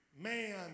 man